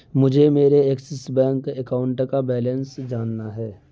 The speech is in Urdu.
مجھے میرے ایکسس بینک اکاؤنٹ کا بیلنس جاننا ہے